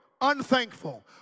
unthankful